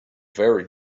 very